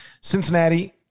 Cincinnati